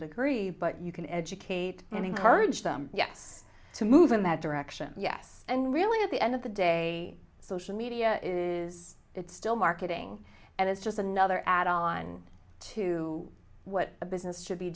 degree but you can educate and encourage them yes to move in that direction yes and really at the end of the day social media is it's still marketing and it's just another add on to what a business should be